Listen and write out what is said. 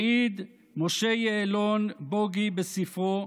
מעיד משה יעלון, בוגי, בספרו,